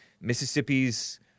Mississippi's